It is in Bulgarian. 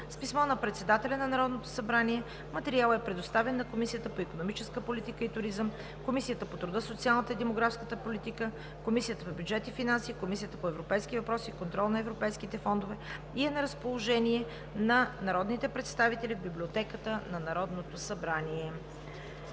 С писмо на председателя на Народното събрание материалът е предоставен на Комисията по икономическа политика и туризъм, Комисията по труда, социалната и демографската политика, Комисията по бюджет и финанси и Комисията по европейските въпроси и контрол на европейските фондове и е на разположение на народните представители в Библиотеката на Народното събрание.